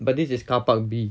but this is carpark B